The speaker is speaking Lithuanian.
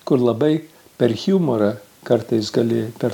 kur labai per humorą kartais gali per